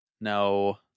no